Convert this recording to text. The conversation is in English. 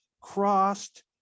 Crossed